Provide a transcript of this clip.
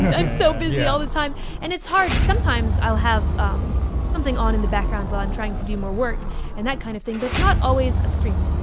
i'm so busy all the time and it's hard. sometimes i'll have something on in the background while i'm trying to do more work and that kind of thing, but it's not always a stream.